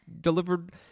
delivered